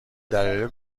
دلایل